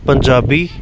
Punjabi